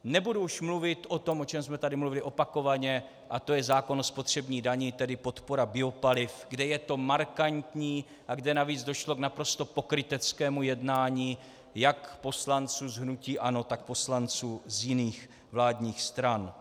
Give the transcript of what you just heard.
Nebudu už mluvit o tom, o čem jsme tady mluvili opakovaně, a to je zákon o spotřební dani, tedy podpora biopaliv, kde je to markantní a kde navíc došlo k naprosto pokryteckému jednání jak poslanců z hnutí ANO, tak poslanců z jiných vládních stran.